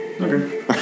Okay